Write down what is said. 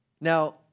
Now